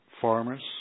farmers